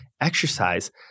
exercise